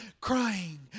crying